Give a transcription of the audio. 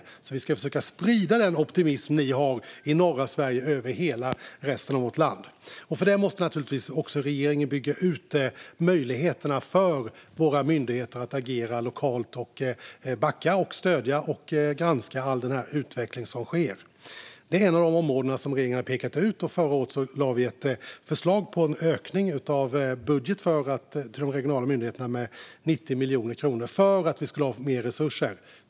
Vi ska alltså försöka att sprida den optimism ni har i norra Sverige över hela vårt land. För detta måste naturligtvis också regeringen bygga ut möjligheterna för våra myndigheter att agera lokalt och backa, stödja och granska all den utveckling som sker. Det är ett av de områden som regeringen har pekat ut, och förra året lade vi ett förslag på en ökning av budget till de regionala myndigheterna med 90 miljoner kronor för att vi skulle ha mer resurser.